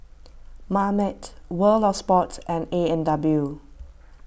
Marmite World of Sports and A and W